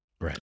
Right